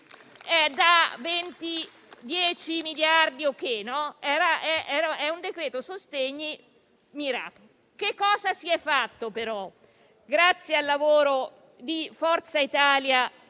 da 10-20 miliardi: è un decreto sostegni mirato. Che cosa si è fatto grazie al lavoro di Forza Italia